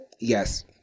Yes